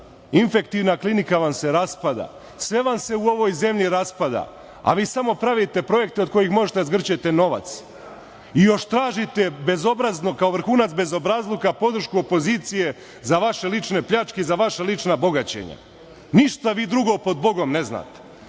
Infektivna klinika vam se raspada, sve vam se u ovoj zemlji raspada, a vi samo pravite projekte od kojih možete da zgrćete novac i još tražite, bezobrazno, kao vrhunac bezobrazluka, podršku opozicije za vaše lične pljačke i za vaša lična bogaćenja. Ništa vi drugo pod Bogom ne znate,